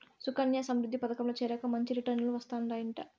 సుకన్యా సమృద్ధి పదకంల చేరాక మంచి రిటర్నులు వస్తందయంట